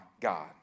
God